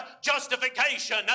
justification